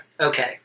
Okay